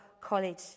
college